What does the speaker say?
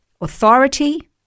authority